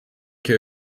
care